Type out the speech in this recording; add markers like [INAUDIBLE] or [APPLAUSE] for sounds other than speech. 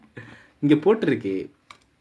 [LAUGHS] இங்க போட்டுருக்கு:inga potturukku